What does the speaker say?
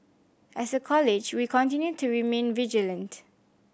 as a College we continue to remain vigilant